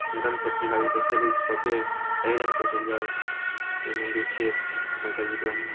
रनपट्टी भए गेल ओतय खेल होइत छै सभ बेर अहिरनपर चलि जाउ ओ मन्दिर छै शङ्कर जीके